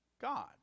God